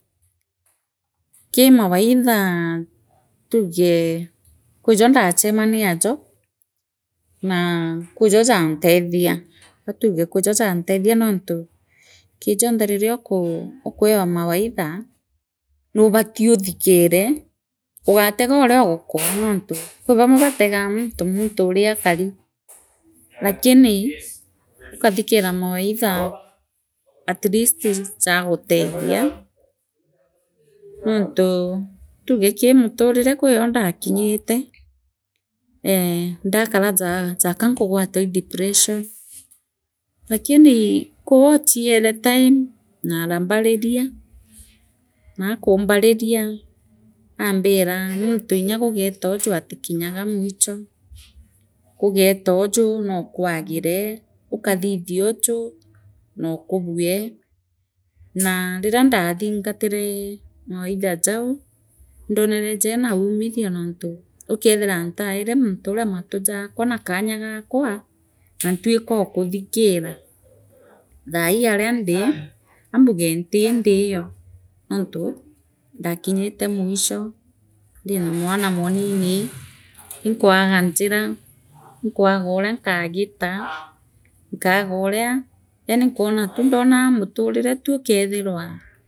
Kii mawaidha tuge kwijo ndechemaniajo naa kwijo jantetha athuge kwijo jaantethia noonti kijonthe riria u ukweewa mawaidha nuubati uthikire ugategooria ugukwaa nontoi kwe baamwe bategea munthi uria akari lakini ukathikiraa mawaidha atleast ja jaagatethia nanthi tuge kwe muthirike kwio ndakinyete ee ndakaraa ja jaka nkugwatwa iii depression lakini kwiwa ochiere time naarambariria naakumbarina aambira munthi ja gujeeta uji atikinyaga mwichop gugeetoji huukwagire ukathitheoji nuukubue na riria ndathingatire mawaidha jau ndonere jema uumitho nonta ukethire ntaere munthi liria matu jakwa na kaanga yakwa nantwikookuthikira thaai aria ndi ambuge nti ndioo nontu ndakinyitite mwisho naa naa ndina mwana munini inkwaga njira ikwaga njira inkwagooria nkogiita nkaagooria yaani nkona tu muturire ukeethirwa.